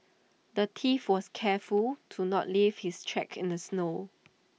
the thief was careful to not leave his tracks in the snow